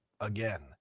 again